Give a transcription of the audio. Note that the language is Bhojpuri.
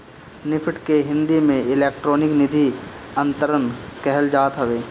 निफ्ट के हिंदी में इलेक्ट्रानिक निधि अंतरण कहल जात हवे